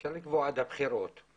אפשר לקבוע עד הבחירות.